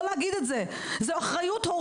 אני לא מתכוונת לא להגיד את זה: זו אחריות הורית.